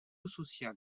sociale